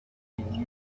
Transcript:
میدونی